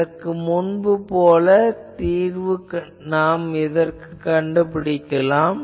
இதற்கு நாம் முன்பு போல தீர்வு கண்டுபிடிக்கலாம்